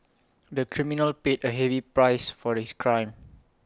the criminal paid A heavy price for his crime